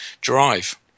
drive